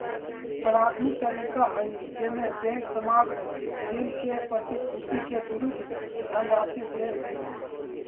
प्राथमिक तरीका हइ जेमे बैंक सामग्र ऋण के प्रतिभूति के विरुद्ध धनराशि दे हइ